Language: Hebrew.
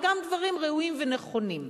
וגם דברים ראויים ונכונים.